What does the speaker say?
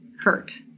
hurt